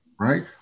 Right